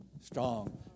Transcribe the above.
strong